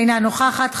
אינה נוכחת,